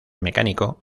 mecánico